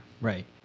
Right